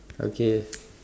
okay